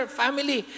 family